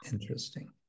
interesting